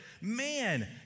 man